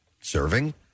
serving